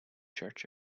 church